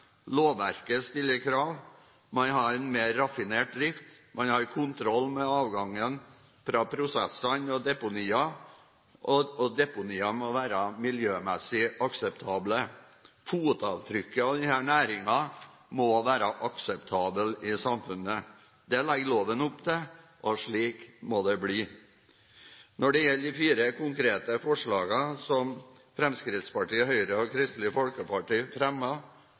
Lovverket stiller krav, man har en mer raffinert drift, man har kontroll med avgangen fra prosessene, og deponiene må være miljømessig akseptable. Fotavtrykket av denne næringen må være akseptabel i samfunnet. Det legger loven opp til, og slik må det bli. Når det gjelder de fire konkrete forslagene som Fremskrittspartiet, Høyre og Kristelig Folkeparti